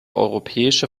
europäische